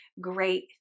great